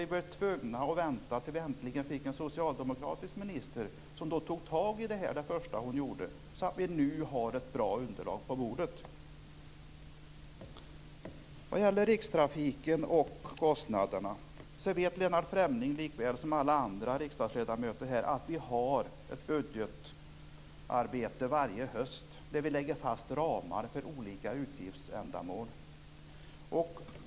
Vi blev tvungna att vänta tills vi äntligen fick en socialdemokratisk minister som tog tag i detta det första hon gjorde, så att vi nu har ett bra underlag på bordet. När det gäller rikstrafiken och kostnaderna för den, vet Lennart Fremling likväl som alla andra riksdagsledamöter att vi har ett budgetarbete varje höst då vi lägger fast ramar för olika utgiftsändamål.